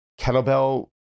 kettlebell